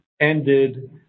ended